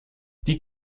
die